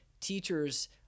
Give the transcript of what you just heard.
teachers